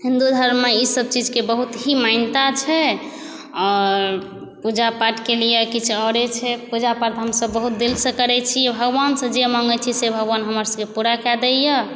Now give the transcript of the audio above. हिन्दु धर्ममे सब चीजकेँ बहुत ही मान्यता छै आओर पूजा पाठके लिए किछु औरे छै पूजा पाठ हमसभ बहुत दिलसँ करै छी भगवानसँ जे माङ्गै छी से भगवान हमर सबके पुरा कए दैया